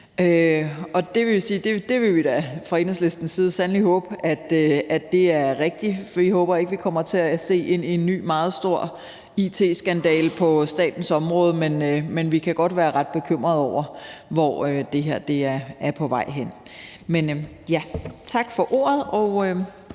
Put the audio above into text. Det vil vi da fra Enhedslistens side sandelig håbe er rigtigt. Vi håber ikke, vi kommer til at se en ny, meget stor it-skandale på statens område, men vi kan godt være ret bekymrede over, hvor det her er på vej hen. Tak for ordet,